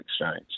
Exchange